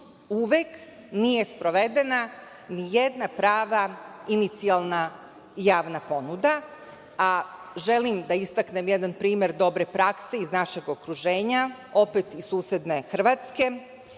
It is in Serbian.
uvek nije sprovedena nijedna prava inicijalna javna ponuda, a želim da istaknem jedan primer dobre prakse iz našeg okruženja, opet iz susedne Hrvatske.